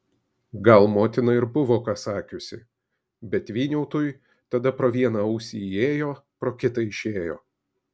gal motina ir buvo ką sakiusi bet vyniautui tada pro vieną ausį įėjo pro kitą išėjo